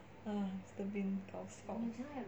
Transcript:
ah mister bean